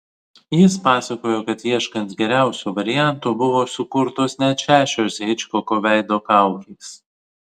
jis pasakojo kad ieškant geriausio varianto buvo sukurtos net šešios hičkoko veido kaukės